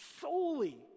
solely